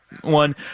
one